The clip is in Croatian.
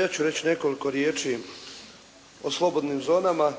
Ja ću reći nekoliko riječi o slobodnim zonama,